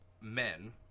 men